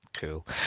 cool